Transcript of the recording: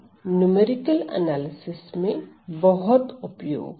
इसका numerical analysis में बहुत उपयोग है